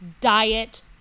diet